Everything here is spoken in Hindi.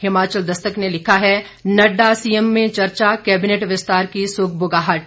हिमाचल दस्तक ने लिखा है नडडा सीएम में चर्चा कैबिनेट विस्तार की सुगबुगाहट